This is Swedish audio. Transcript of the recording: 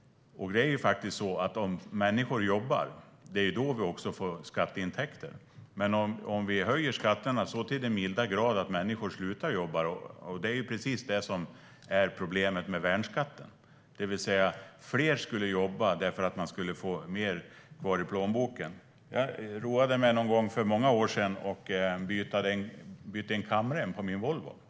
Om människor jobbar får vi faktiskt skatteintäkter. Men om vi höjer skatterna så till den milda grad att människor slutar jobba blir det annat, och det är precis det som är problemet med värnskatten. Fler skulle jobba därför att de skulle få mer kvar i plånboken. För många år sedan roade jag mig med att byta en kamrem på min Volvo.